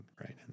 right